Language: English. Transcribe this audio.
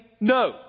No